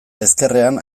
ezkerrean